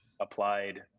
applied